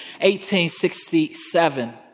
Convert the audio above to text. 1867